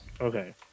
Okay